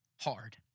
hard